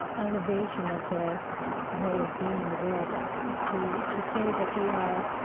and elevation of their way of being in the world to to say that they are,